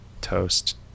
Toast